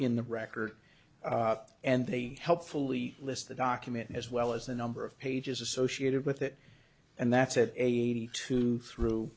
in the record and they helpfully list the document as well as the number of pages associated with it and that's at eighty two through